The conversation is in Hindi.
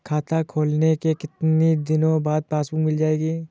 खाता खोलने के कितनी दिनो बाद पासबुक मिल जाएगी?